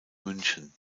münchen